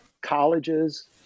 colleges